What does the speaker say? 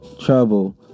trouble